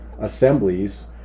assemblies